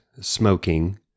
smoking